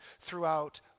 throughout